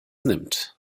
nimmt